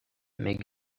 mais